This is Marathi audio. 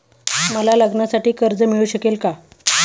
मला लग्नासाठी कर्ज मिळू शकेल का?